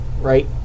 right